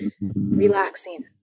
relaxing